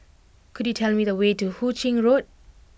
could you tell me the way to Hu Ching Road